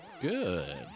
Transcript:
Good